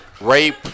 rape